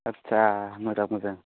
आच्चा मोजां मोजां